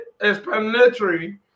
explanatory